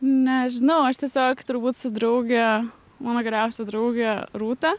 nežinau aš tiesiog turbūt su drauge mano geriausia draugė rūta